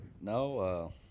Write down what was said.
no